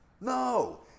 No